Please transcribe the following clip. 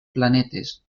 planetes